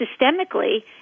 systemically